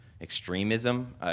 extremism